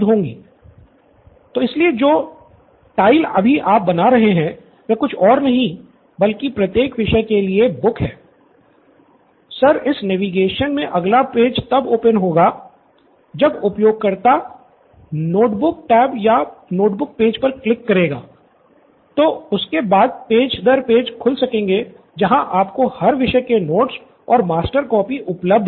student Nithin तो इसलिए जो टाइल अभी आप बना रहे हैं वे कुछ और नहीं बल्कि प्रत्येक विषय के लिए बुक हैं सर इस नेविगेशन में अगला पेज तब ओपेन होगा जब उपयोगकर्ता नोटबुक टैब या नोटबुक पेज पर क्लिक करेगा तो उसके बाद पेज दर पेज खुल सकेंगे जहां आपको हर विषय के नोट्स और मास्टर कॉपी उपलब्ध होगी